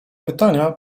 pytania